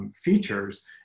Features